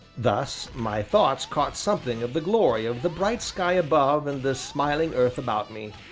thus, my thoughts caught something of the glory of the bright sky above and the smiling earth about me,